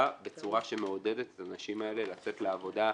בצורה שמעודדת את הנשים האלה לצאת לעבודה,